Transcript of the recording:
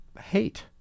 hate